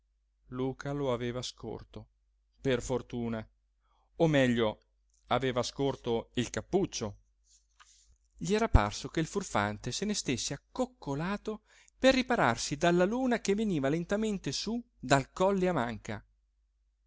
luca lo aveva scorto per fortuna o meglio aveva scorto il cappuccio gli era parso che il furfante se ne stesse accoccolato per ripararsi dalla luna che veniva lentamente sú dal colle a manca